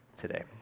today